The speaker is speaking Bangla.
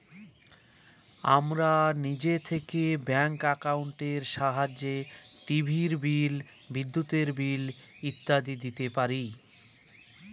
আমরা নিজে থেকে ব্যাঙ্ক একাউন্টের সাহায্যে টিভির বিল, বিদ্যুতের বিল ইত্যাদি দিতে পারি